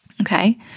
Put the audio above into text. okay